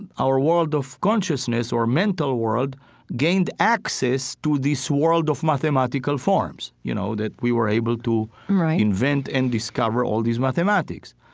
and our world of consciousness or mental world gained access to this world of mathematical forms. you know, that we were able to invent and discover all these mathematics.